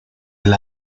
del